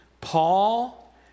Paul